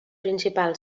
principal